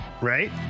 right